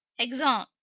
exeunt.